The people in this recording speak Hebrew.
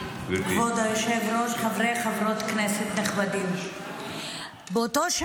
חבר הכנסת עבאס, בבקשה.